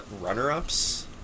runner-ups